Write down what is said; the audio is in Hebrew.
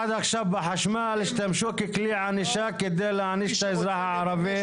עד עכשיו בחשמל השתמשו ככלי ענישה כדי להעניש את האזרח הערבי.